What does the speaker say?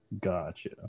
Gotcha